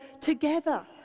together